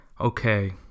Okay